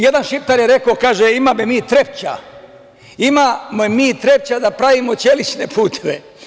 Jedan Šiptar je rekao – imame mi Trepća, ima me mi Trepća da pravimo ćelićne puteve.